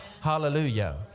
Hallelujah